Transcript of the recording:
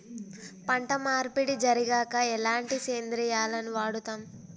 పంట మార్పిడి జరిగాక ఎలాంటి సేంద్రియాలను వాడుతం?